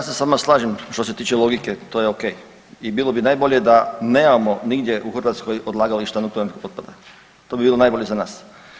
Pa ja se s vama slažem što se tiče logike to je ok i bilo bi najbolje da nemamo nigdje u Hrvatskoj odlagališta nuklearnih otpada, to bi bilo najbolje za nas.